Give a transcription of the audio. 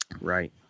Right